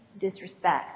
Disrespect